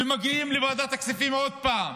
ומגיעים לוועדת הכספים עוד פעם,